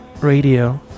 radio